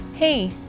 Hey